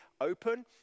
open